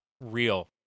real